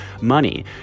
money